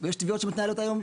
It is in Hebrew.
ויש תביעות שמתנהלות היום.